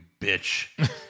bitch